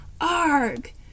ARG